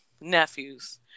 nephews